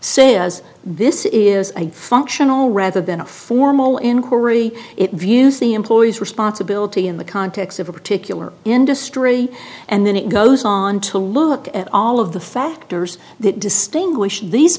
says this is a functional rather than a formal inquiry it views the employee's responsibility in the context of a particular industry and then it goes on to look at all of the factors that distinguish these